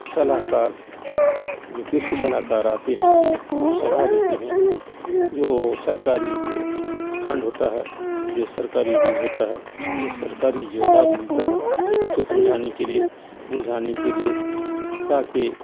صلاح کار جو کسی صلاح کار آتے ہیں وہ صلاح دیتے ہیں جو سرکاری جو فنڈ ہوتا ہے جو سرکاری بیج ہوتا ہے جو سرکاری جو لابھ ملتا ہے اسے سمجھانے کے لیے بجھانے کے لیے تاکہ